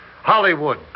Hollywood